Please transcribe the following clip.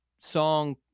song